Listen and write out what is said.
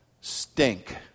stink